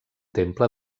temple